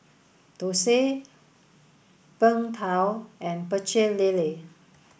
Thosai Png Tao and Pecel Lele